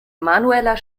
manueller